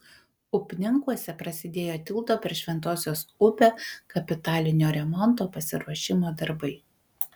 upninkuose prasidėjo tilto per šventosios upę kapitalinio remonto pasiruošimo darbai